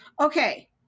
Okay